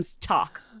talk